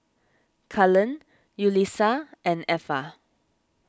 Cullen Yulissa and Effa